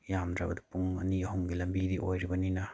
ꯌꯥꯝꯗ꯭ꯔꯕꯗ ꯄꯨꯡ ꯑꯅꯤ ꯑꯍꯨꯝꯒꯤ ꯂꯝꯕꯤꯗꯤ ꯑꯣꯏꯔꯤꯕꯅꯤꯅ